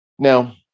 Now